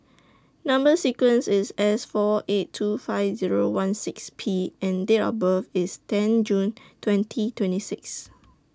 Number sequence IS S four eight two five Zero one six P and Date of birth IS ten June twenty twenty six